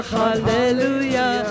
hallelujah